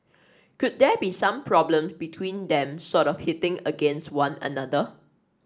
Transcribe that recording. could there be some problem between them sort of hitting against one another